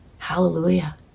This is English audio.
Hallelujah